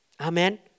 Amen